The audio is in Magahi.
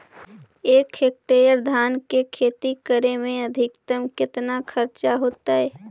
एक हेक्टेयर धान के खेती करे में अधिकतम केतना खर्चा होतइ?